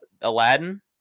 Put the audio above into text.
Aladdin